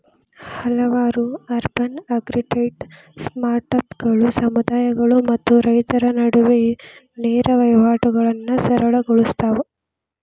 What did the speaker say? ಹಲವಾರು urban agritech ಸ್ಟಾರ್ಟ್ಅಪ್ಗಳು ಸಮುದಾಯಗಳು ಮತ್ತು ರೈತರ ನಡುವೆ ನೇರ ವಹಿವಾಟುಗಳನ್ನಾ ಸರಳ ಗೊಳ್ಸತಾವ